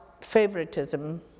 favoritism